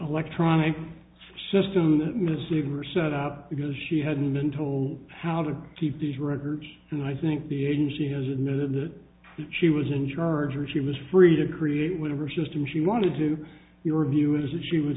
electronic system missing were set up because she hadn't been told how to keep these records and i think the agency has admitted that she was in charge or she was free to create whatever system she want to do your view is that she